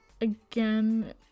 again